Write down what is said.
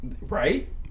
Right